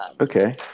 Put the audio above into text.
Okay